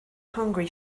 hungry